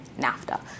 NAFTA